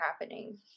happening